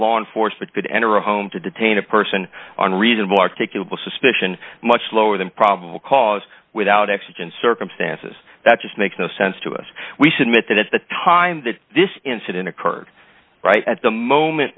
law enforcement could enter a home to detain a person on reasonable articulable suspicion much lower than probable cause without exigent circumstances that just makes no sense to us we submit that at the time that this incident occurred right at the moment